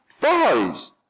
boys